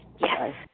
Yes